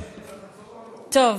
טוב,